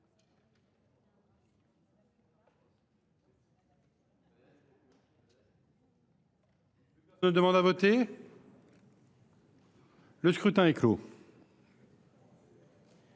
Le scrutin est clos.